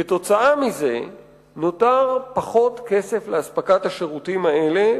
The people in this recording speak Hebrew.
כתוצאה מזה נותר פחות כסף לאספקת השירותים האלה,